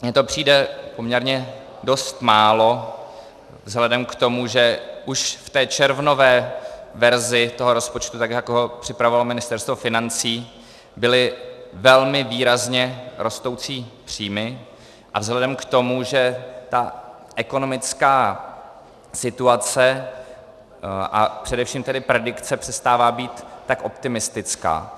Mně to přijde poměrně dost málo vzhledem k tomu, že už v červnové verzi rozpočtu, tak jak ho připravilo Ministerstvo financí, byly velmi výrazně rostoucí příjmy, a vzhledem k tomu, že ekonomická situace a především predikce přestává být tak optimistická.